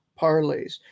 parlays